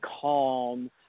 calm